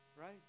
right